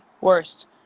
worst